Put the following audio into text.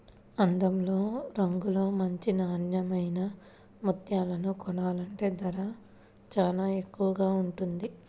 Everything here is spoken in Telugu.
అందంలో, రంగులో మంచి నాన్నెమైన ముత్యాలను కొనాలంటే ధర చానా ఎక్కువగా ఉంటది